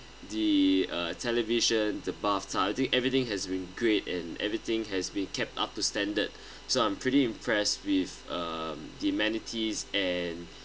the uh television the bathtub thing everything has been great and everything has been kept up to standard so I'm pretty impressed with um the amenities and